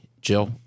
Jill